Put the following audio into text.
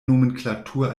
nomenklatur